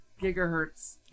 gigahertz